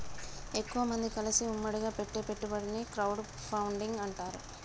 ఎక్కువమంది కలిసి ఉమ్మడిగా పెట్టే పెట్టుబడిని క్రౌడ్ ఫండింగ్ అంటారు